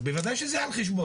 אז, בוודאי, שזה על חשבונם.